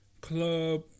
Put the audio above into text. club